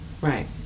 right